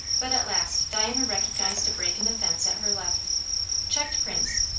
but at last diana recognised a break in the fence at her left checked prince,